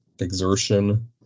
exertion